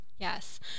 Yes